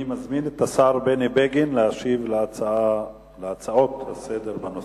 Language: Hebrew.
אני מזמין את השר בני בגין להשיב על ההצעות לסדר-היום בנושא.